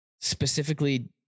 specifically